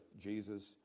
Jesus